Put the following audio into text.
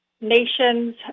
nations